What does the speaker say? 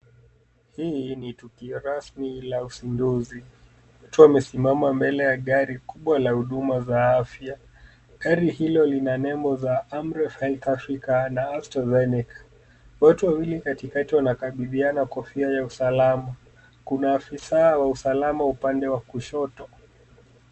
Hii ni tukio rasmi la usinduzi. Mtu amesimama mbele ya gari kubwa la huduma za afya. Gari hilo lina nembo za Amref Health Africa na Astra zenith . Watu wawili katikati wanakabidhiana kofia ya usalama. Kuna afisa wa usalama upande wa kushoto.